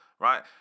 right